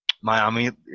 Miami